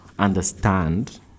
Understand